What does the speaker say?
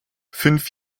fünf